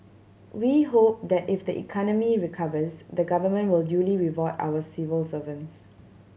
we hope that if the economy recovers the Government will duly reward our civil servants